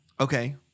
Okay